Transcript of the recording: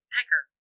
Pecker